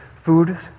food